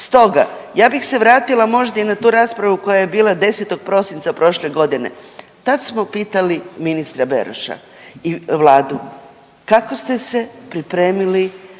Stoga ja bih se vratila možda i na tu raspravu koja je bila 10. prosinca prošle godine. Tad smo pitali ministra Beroša i vladu kako ste se pripremili